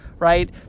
Right